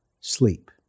sleep